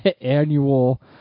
annual